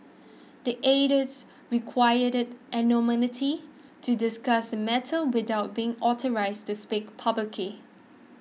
the aides requested anonymity to discuss the matter without be authorised to speak publicly